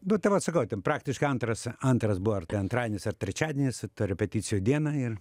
nu tai vat sakau ten praktiškai antras antras buvo ar tai antradienis ar trečiadienis ta repeticijų diena ir